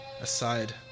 aside